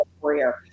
career